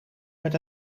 met